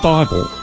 Bible